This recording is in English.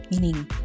meaning